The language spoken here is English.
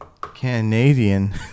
Canadian